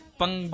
pang